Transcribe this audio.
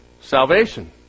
Salvation